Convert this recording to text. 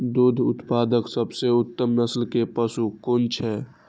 दुग्ध उत्पादक सबसे उत्तम नस्ल के पशु कुन छै?